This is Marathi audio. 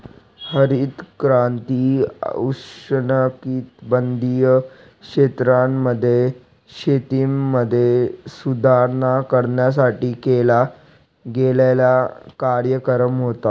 हरित क्रांती उष्णकटिबंधीय क्षेत्रांमध्ये, शेतीमध्ये सुधारणा करण्यासाठी केला गेलेला कार्यक्रम होता